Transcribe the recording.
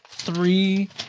three